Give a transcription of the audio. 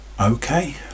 Okay